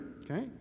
okay